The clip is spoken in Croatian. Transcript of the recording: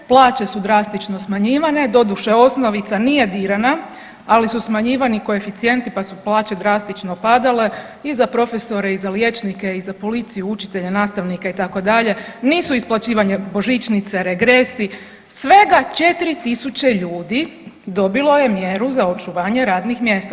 Plaće su drastično smanjivane, doduše osnovica nije dirana, ali su smanjivani koeficijenti, pa su plaće drastično padale i za profesore i za liječnike i za policiju, učitelje, nastavnike itd., nisu isplaćivane božićnice, regresi, svega 4.000 ljudi dobili je mjeru za očuvanje radnih mjesta.